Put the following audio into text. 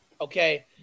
Okay